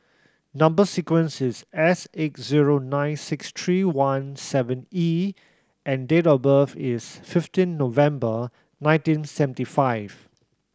number sequence is S eight zero nine six three one seven E and date of birth is fifteen November nineteen seventy five